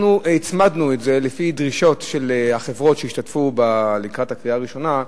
אנחנו הצמדנו את זה לפי דרישות של החברות שהשתתפו לקראת הקריאה הראשונה.